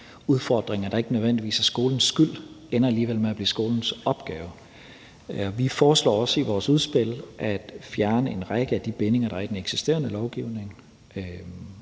udfordringer, der ikke nødvendigvis er skolens skyld, alligevel ender med at blive skolens opgave. Vi foreslår også i vores udspil at fjerne en række af de bindinger, der er i den eksisterende lovgivning.